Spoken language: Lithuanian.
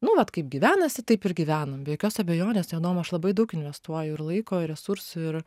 nu vat kaip gyvenasi taip ir gyvenam be jokios abejonės į adomą aš labai daug investuoju ir laiko ir resursų ir